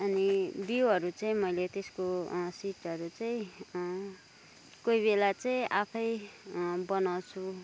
अनि बिउहरू चाहिँ मैले त्यसको सिडहरू चाहिँ कोही बेला चाहिँ आफै बनाउँछु